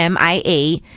mia